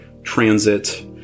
Transit